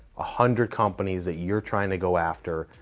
ah hundred companies that you're trying to go after,